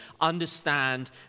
understand